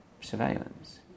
surveillance